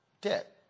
debt